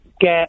get